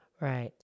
Right